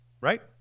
right